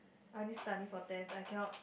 I only study for test I cannot